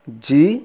G